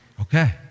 Okay